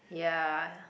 ya